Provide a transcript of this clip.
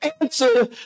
answer